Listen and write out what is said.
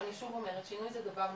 אני שוב אומרת, שינוי זה דבר מפחיד,